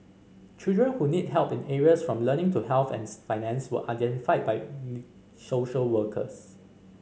children who need help in areas from learning to health and finance were identified by social workers